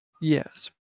Yes